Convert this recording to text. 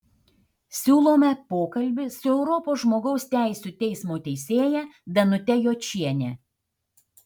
siūlome pokalbį su europos žmogaus teisių teismo teisėja danute jočiene